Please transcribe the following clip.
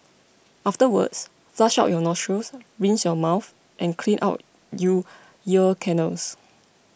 afterwards flush out your nostrils rinse your mouth and clean out you ear canals